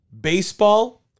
baseball